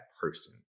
person